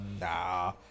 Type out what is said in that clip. nah